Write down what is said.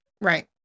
Right